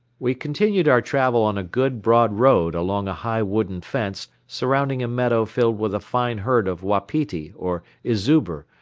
we continued our travel on a good broad road along a high wooden fence surrounding a meadow filled with a fine herd of wapiti or izubr,